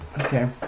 Okay